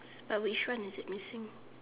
but which one is it missing